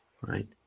right